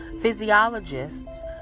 Physiologists